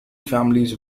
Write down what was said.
families